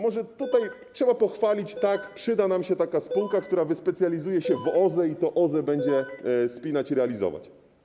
Może tutaj trzeba pochwalić: tak, przyda nam się taka spółka, która wyspecjalizuje się w OZE i będzie to OZE spinać i realizować.